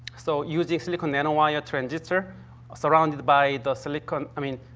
so, using silicon nanowire transistor surrounded by the silicon i mean,